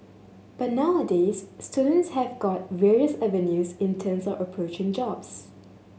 but nowadays students have got various avenues in terms of approaching jobs